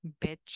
Bitch